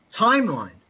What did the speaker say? timeline